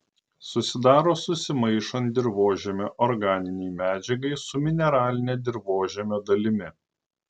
susidaro susimaišant dirvožemio organinei medžiagai su mineraline dirvožemio dalimi